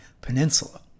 Peninsula